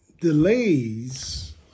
delays